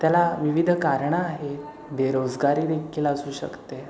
त्याला विविध कारणं आहे बेरोजगारी देखील असू शकते